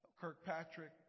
Kirkpatrick